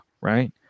Right